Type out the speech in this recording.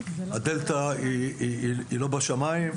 הדלתא היא לא בשמיים.